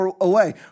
away